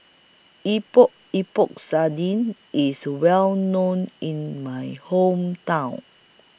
Epok Epok Sardin IS Well known in My Hometown